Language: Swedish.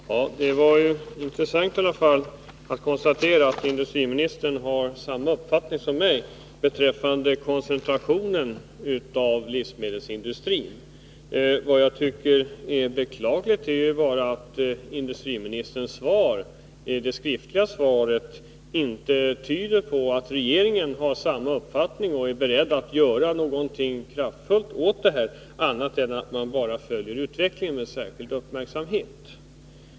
Herr talman! Det var intressant att konstatera att industriministern har samma uppfattning som jag beträffande koncentrationen av livsmedelsindustrin. Vad jag tycker är beklagligt är bara att industriministerns skriftliga svar inte tyder på att regeringen har samma uppfattning och är beredd att göra någonting kraftfullt åt detta — annat än att bara följa utvecklingen med särskild uppmärksamhet.